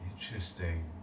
Interesting